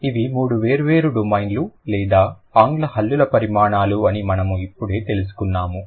ఇవి మూడు వేర్వేరు డొమైన్లు లేదా ఆంగ్ల హల్లుల పరిమాణాలు అని మనము ఇప్పుడే తెలుసుకున్నాము